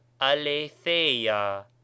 aletheia